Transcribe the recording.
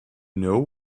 know